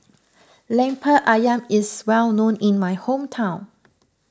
Lemper Ayam is well known in my hometown